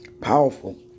Powerful